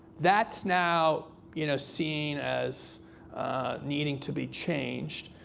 that's now you know seen as needing to be changed.